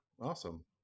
Awesome